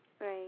Right